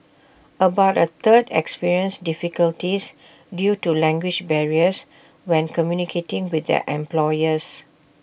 about A third experienced difficulties due to language barriers when communicating with their employers